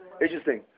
Interesting